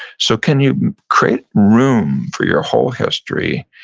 so can you create room for your whole history,